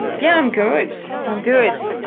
yeah, i'm good, i'm good.